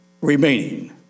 remaining